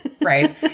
Right